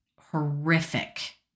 horrific